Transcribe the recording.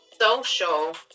social